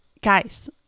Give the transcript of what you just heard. guys